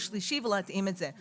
אין אוטומט במדינת ישראל.